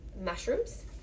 mushrooms